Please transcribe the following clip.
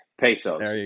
pesos